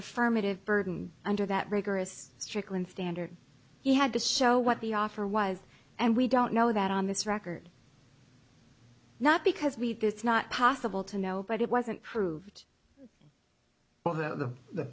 affirmative burden under that rigorous strickland standard he had to show what the offer was and we don't know that on this record not because we it's not possible to know but it wasn't proved by the the